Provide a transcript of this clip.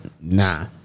nah